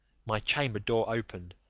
my chamber-door opened,